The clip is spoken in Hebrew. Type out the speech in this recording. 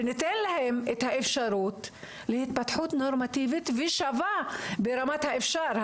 שניתן להם את האפשרות להתפתחות נורמטיבית ושווה ברמת האפשר.